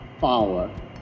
power